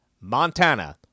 Montana